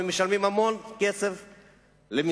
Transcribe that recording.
הם משלמים המון כסף למסים,